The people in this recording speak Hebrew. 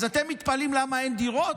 אז אתם מתפלאים שאין דירות?